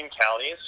counties